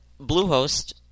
bluehost